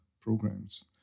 programs